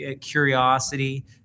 curiosity